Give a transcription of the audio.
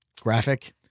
Graphic